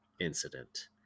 incident